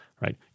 right